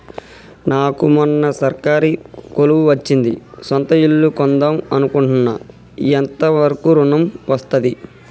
నాకు మొన్న సర్కారీ కొలువు వచ్చింది సొంత ఇల్లు కొన్దాం అనుకుంటున్నా ఎంత వరకు ఋణం వస్తది?